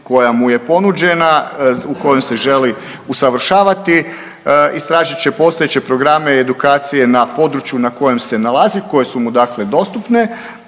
koja mu je ponuđena, u kojoj se želi usavršavati, istražit će postojeće programe edukacije na području na kojem se nalazi koje su mu dakle